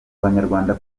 abanyarwanda